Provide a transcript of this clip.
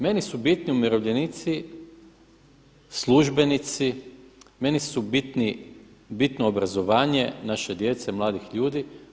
Meni su bitni umirovljenici, službenici, meni je bitno obrazovanje naše djece, mladih ljudi.